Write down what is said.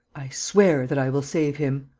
i swear that i will save him.